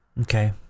Okay